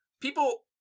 people